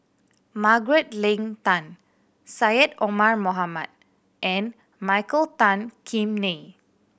Margaret Leng Tan Syed Omar Mohamed and Michael Tan Kim Nei